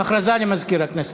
הודעה למזכיר הכנסת.